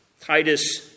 Titus